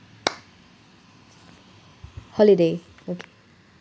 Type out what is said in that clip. holiday okay